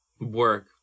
Work